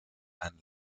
ein